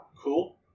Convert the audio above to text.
Cool